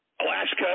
Alaska